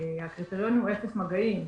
הקריטריון הוא אפס מגעים,